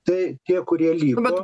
tai tie kurie liko